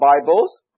Bibles